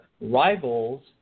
rivals